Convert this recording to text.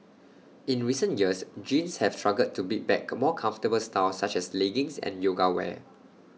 in recent years jeans have struggled to beat back more comfortable styles such as leggings and yoga wear